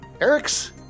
Eric's